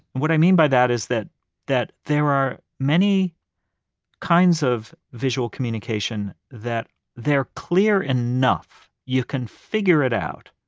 what i mean by that is that that there are many kinds of visual communication that they're clear enough. you can figure it out,